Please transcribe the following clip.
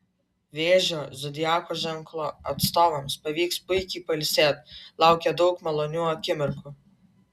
vėžio zodiako ženklo atstovams pavyks puikiai pailsėti laukia daug malonių akimirkų